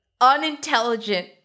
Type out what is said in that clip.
unintelligent